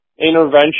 intervention